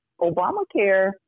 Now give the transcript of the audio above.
Obamacare